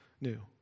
new